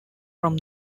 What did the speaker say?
from